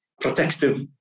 protective